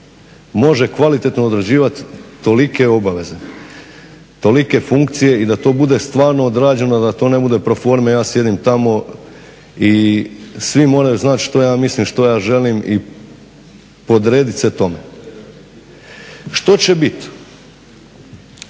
može kvalitetno odrađivati tolike obaveze, tolike funkcije i to bude stvarno odrađeno da to ne bude proforme ja sjedim tamo i svi moraju znati što ja mislim, što ja želim i podrediti se tome? Što će biti